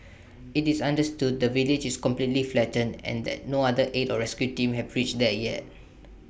IT is understood the village is completely flattened and that no other aid or rescue teams have reached there yet